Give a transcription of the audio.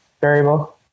variable